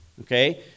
Okay